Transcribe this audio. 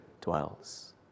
dwells